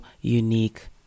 unique